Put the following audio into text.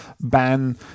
ban